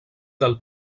del